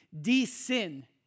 de-sin